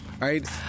right